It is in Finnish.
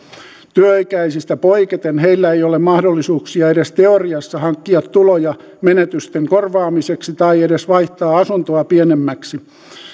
työikäisistä poiketen heillä ei ole mahdollisuuksia edes teoriassa hankkia tuloja menetysten korvaamiseksi tai edes vaihtaa asuntoa pienemmäksi